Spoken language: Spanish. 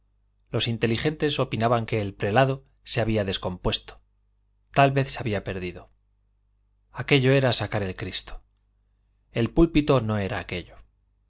los inteligentes opinaban que el prelado se había descompuesto tal vez se había perdido aquello era sacar el cristo el púlpito no era aquello